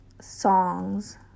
songs